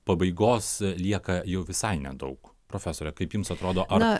pabaigos lieka jau visai nedaug profesore kaip jums atrodo ar